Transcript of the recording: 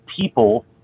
people